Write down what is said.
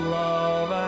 love